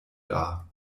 dar